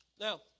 Now